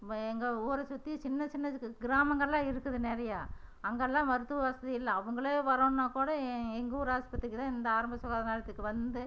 வே எங்கள் ஊரை சுற்றி சின்ன சின்ன கிராமங்களெலாம் இருக்குது நிறையா அங்கெல்லாம் மருத்துவ வசதி இல்லை அவங்களே வரோணுன்னாக்கூட எ எங்கள் ஊர் ஆஸ்பத்திரிக்கு தான் இந்த ஆரம்ப சுகாதார நிலையத்துக்கு வந்து